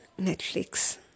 Netflix